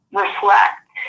reflect